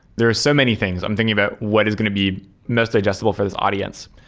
there are so many things. i'm thinking about what is going to be most digestible for the audience.